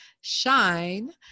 shine